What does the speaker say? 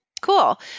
Cool